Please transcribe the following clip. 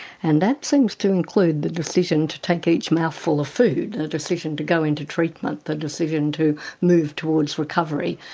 and that seems to include the decision to take each mouthful of food and a decision to go into treatment, the decision to move towards recovery.